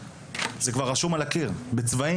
זה כבר רשום על הקיר בצבעים.